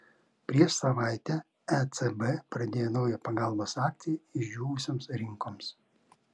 prieš savaitę ecb pradėjo naują pagalbos akciją išdžiūvusioms rinkoms